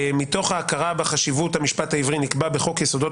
מתוך ההכרה בחשיבות המשפט העברי נקבע בחוק יסודות